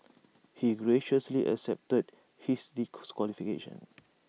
he graciously accepted his